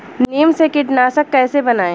नीम से कीटनाशक कैसे बनाएं?